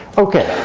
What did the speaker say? ok,